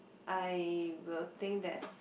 I will think that